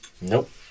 Nope